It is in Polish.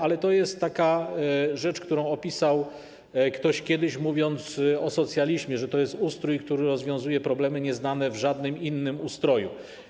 Ale to jest taka rzecz, którą ktoś kiedyś opisał, mówiąc o socjalizmie, że to jest ustrój, który rozwiązuje problemy nieznane w żadnym innym ustroju.